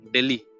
Delhi